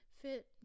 fit